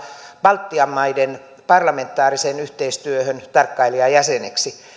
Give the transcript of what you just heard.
baltian maiden parlamentaariseen yhteistyöhön tarkkailijajäseneksi